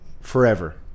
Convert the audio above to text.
Forever